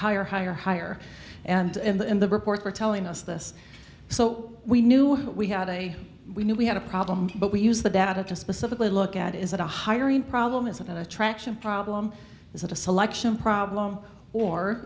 higher higher higher and in the in the report were telling us this so we knew what we had a we knew we had a problem but we use the data to specifically look at is that a hiring problem is an attraction problem is that a selection problem or